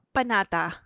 Panata